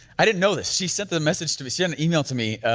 i didn't know this, she sent the message to me, sent an email to me